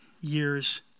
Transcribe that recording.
years